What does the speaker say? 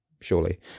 surely